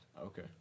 Okay